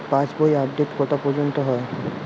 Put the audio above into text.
পাশ বই আপডেট কটা পর্যন্ত হয়?